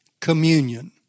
communion